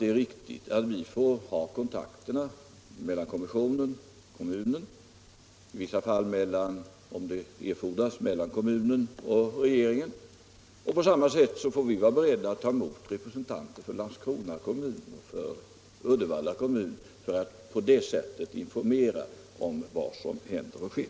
Det är riktigt med kontakter mellan kommissionen och kommunen och om det erfordras mellan kommunen och regeringen. På samma sätt får regeringen vara beredd att ta emot representanter för Landskrona kommun och Uddevalla kommun för att informera om vad som händer och sker.